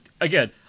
again